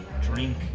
drink